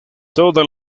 toda